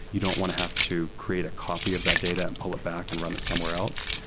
you don't want to have to create a copy of that data and pull it back and run it somewhere else.